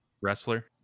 Wrestler